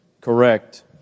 correct